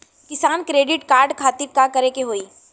किसान credit card खातिर का करे के होई?